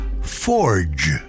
Forge